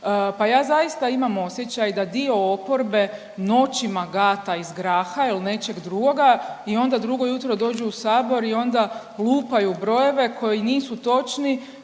pa ja zaista imam osjećaj da dio oporbe noćima gata iz graha ili iz nečeg drugoga i onda drugo jutro dođu u Sabor i onda lupaju brojeve koji nisu točni